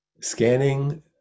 Scanning